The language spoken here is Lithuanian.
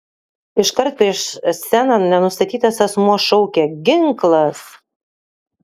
iškart prieš sceną nenustatytas asmuo šaukė ginklas